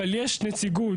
אבל יש נציגות,